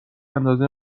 اندازه